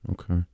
Okay